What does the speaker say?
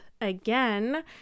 Again